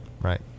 right